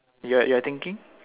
you're you're thinking